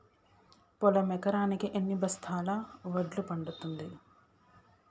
పొలం ఎకరాకి ఎన్ని బస్తాల వడ్లు పండుతుంది?